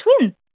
twin